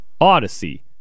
Odyssey